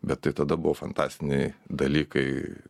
bet tai tada buvo fantastiniai dalykai